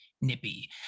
nippy